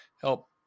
help